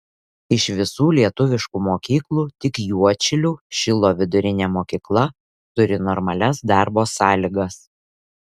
iš visų lietuviškų mokyklų tik juodšilių šilo vidurinė mokykla turi normalias darbo sąlygas